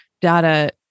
data